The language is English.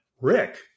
Rick